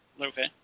Okay